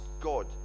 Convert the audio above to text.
God